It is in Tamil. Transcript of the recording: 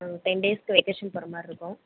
நாங்கள் டென் டேஸ்க்கு வெக்கேஷன் போகிற மாதிரி இருக்கும்